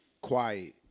quiet